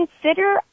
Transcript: Consider